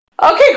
Okay